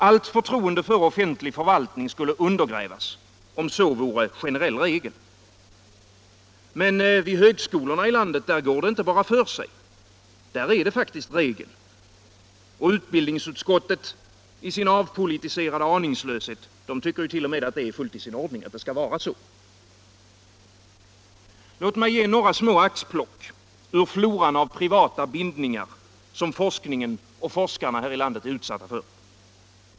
Allt förtroende för offentlig förvaltning skulle undergrävas, om detta vore en generell regel. Men vid högskolorna i landet går det inte bara för sig, utan där är det faktiskt regel. Och utbildningsutskottet, i sin avpolitiserade aningslöshet, tyckert.o.m. att det är fullt i sin ordning och att det skall vara så. Låt mig ge några små axplock ur floran av privata bindningar som forskningen och forskarna här i landet är utsatta för.